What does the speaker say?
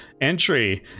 entry